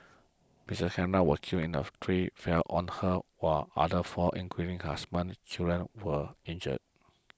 Miss Angara was killed in the tree fell on her while others four including her husband and children were injured